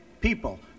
people